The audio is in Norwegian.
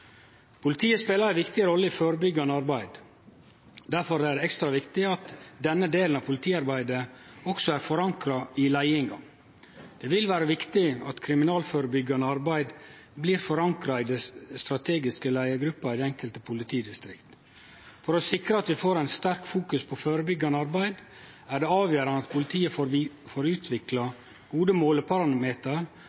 Politiet spelar ei viktig rolle i førebyggjande arbeid. Derfor er det ekstra viktig at denne delen av politiarbeidet også er forankra i leiinga. Det vil vere viktig at det kriminalitetsførebyggjande arbeidet blir forankra i den strategiske leiargruppa i det enkelte politidistrikt. For å sikre at vi får eit sterkt fokus på førebyggjande arbeid er det avgjerande at politiet får utvikla